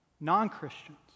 non-Christians